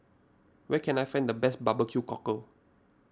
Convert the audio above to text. where can I find the best Barbecue Cockle